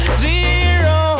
zero